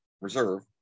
reserve